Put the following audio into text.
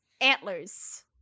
antlers